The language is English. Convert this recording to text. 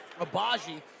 Abaji